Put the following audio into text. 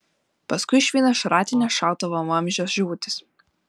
paskui išvydo šratinio šautuvo vamzdžio žiotis